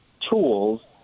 tools